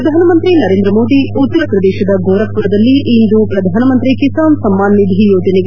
ಶ್ರಧಾನಮಂತ್ರಿ ನರೇಂದ್ರ ಮೋದಿ ಉತ್ತರ ಶ್ರದೇಶದ ಗೋರಖ್ಪುರದಲ್ಲಿ ಇಂದು ಶ್ರಧಾನಮಂತ್ರಿ ಕಿಸಾನ್ ಸಮ್ನಾನ್ ನಿಧಿ ಯೋಜನೆಗೆ ಚಾಲನೆ